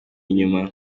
inyuma